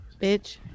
Bitch